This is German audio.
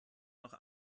noch